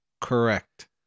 Correct